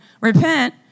repent